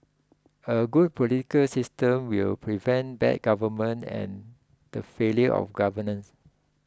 a good political system will prevent bad government and the failure of governance